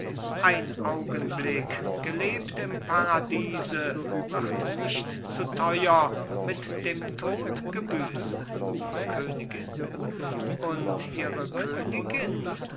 ein augenblick gelebt im paradiese wird nicht zu teuer mit dem tod gebüßt königin und ihre königin